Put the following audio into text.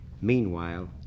meanwhile